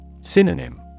Synonym